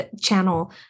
channel